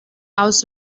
aus